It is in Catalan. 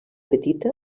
petita